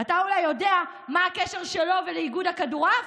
אתה אולי יודע מה הקשר שלו לאיגוד הכדורעף?